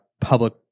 public